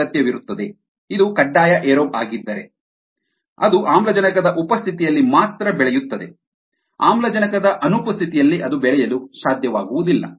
ಅಗತ್ಯವಿರುತ್ತದೆ ಇದು ಕಡ್ಡಾಯ ಏರೋಬ್ ಆಗಿದ್ದರೆ ಅದು ಆಮ್ಲಜನಕದ ಉಪಸ್ಥಿತಿಯಲ್ಲಿ ಮಾತ್ರ ಬೆಳೆಯುತ್ತದೆ ಆಮ್ಲಜನಕದ ಅನುಪಸ್ಥಿತಿಯಲ್ಲಿ ಅದು ಬೆಳೆಯಲು ಸಾಧ್ಯವಾಗುವುದಿಲ್ಲ